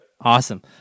Awesome